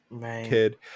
kid